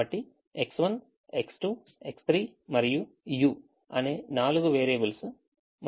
కాబట్టి X1 X2 X3 మరియు u అనే నాలుగు వేరియబుల్స్ మరియు నాలుగు constraints ఉన్నాయి